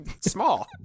small